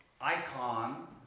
icon